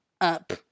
up